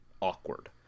awkward